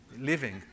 living